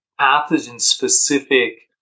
pathogen-specific